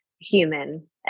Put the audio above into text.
human